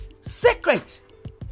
Secret